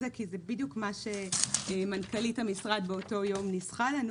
זה כי זה בדיוק מה שמנכ"לית המשרד באותו יום ניסחה לנו